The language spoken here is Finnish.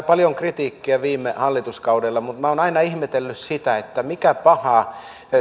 paljon kritiikkiä viime hallituskaudella mutta olen aina ihmetellyt että mikä paha